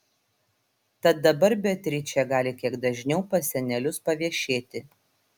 tad dabar beatričė gali kiek dažniau pas senelius paviešėti